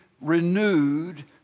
renewed